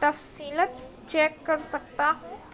تفصیلات چیک کر سکتا ہوں